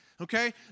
Okay